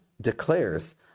declares